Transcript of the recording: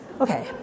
Okay